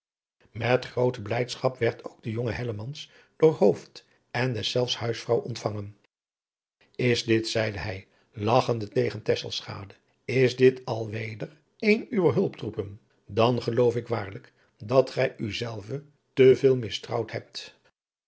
met groote blijdschap werd ook de jonge hellemans door hooft en deszelfs huisvrouw ontvangen is dit zeide hij lagchende tegen tesselschade is dit al weder een uwer hulptroepen dan geloof ik waarlijk dat gij u zelve te veel mistrouwd hebt